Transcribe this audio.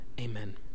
Amen